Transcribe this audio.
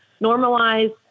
normalize